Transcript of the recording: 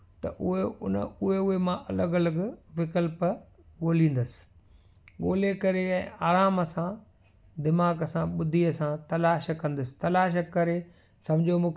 त उहे उन उहे उहे मां अलॻि अलॻि विकल्प ॻोल्हींदसि ॻोल्हे करे ऐं आराम सां दिमाग़ सां बुद्धिअ सां तलाश कंदसि तलाश करे सम्झो मूंखे